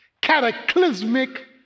cataclysmic